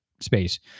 space